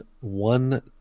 one